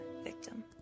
victim